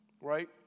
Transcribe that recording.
Right